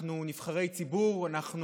אנחנו נבחרי ציבור, אנחנו